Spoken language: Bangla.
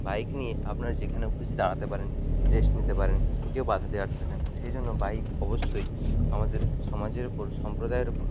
বাইক নিয়ে আপনার যেখানেও খুশি দাঁড়াতে পারেন রেস্ট নিতে পারেন কেউ বাধা দেওয়ার থাকে না সে জন্য বাইক অবশ্যই আমাদের সমাজের ওপর সম্প্রদায়ের ওপর